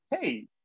hey